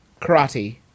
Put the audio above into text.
karate